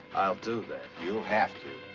i'll do that. you'll have to.